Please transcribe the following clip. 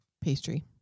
pastry